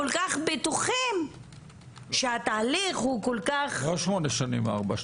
כל כך בטוחים שהתהליך הוא כל כך --- לא שמונה שנים ארבע,